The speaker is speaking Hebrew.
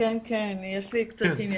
תוך כדי